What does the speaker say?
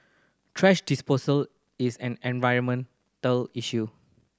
thrash disposal is an environmental issue